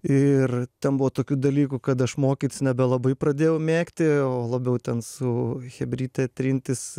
ir ten buvo tokių dalykų kad aš mokytis nebelabai pradėjau mėgti o labiau ten su chebryte trintis